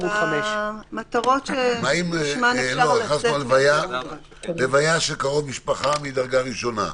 שואל: מה לגבי לוויה של קרוב משפחה מדרגה ראשונה,